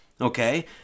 okay